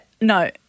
no